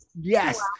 yes